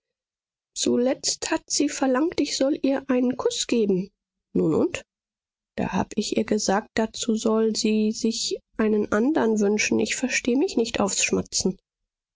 zuletzt hat sie verlangt ich soll ihr einen kuß geben nun und da hab ich ihr gesagt dazu soll sie sich einen andern wünschen ich versteh mich nicht aufs